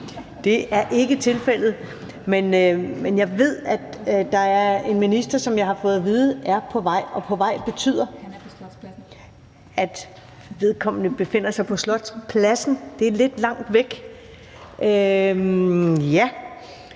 Det er ikke tilfældet. Men jeg har fået vide, at der er en minister på vej, og det betyder, at vedkommende befinder sig på Slotspladsen – det er lidt langt væk. Men jeg